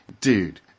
dude